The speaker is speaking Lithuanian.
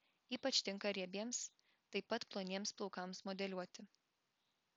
ypač tinka riebiems taip pat ploniems plaukams modeliuoti